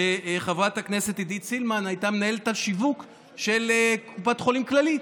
שחברת הכנסת עידית סילמן הייתה מנהלת השיווק של קופת חולים כללית,